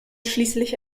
schließlich